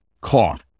caught